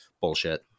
bullshit